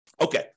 Okay